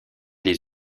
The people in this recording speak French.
les